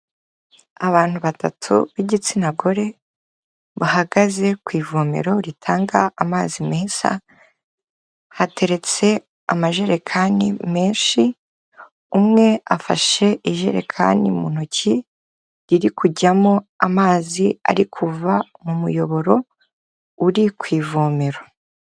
Abantu batatu b'igitsina gore, bahagaze ku ivomero ritanga amazi meza, hateretse amajerekani menshi, umwe afashe ijerekani mu ntoki riri kujyamo amazi ari kuva mu muyoboro uri ku ivomero.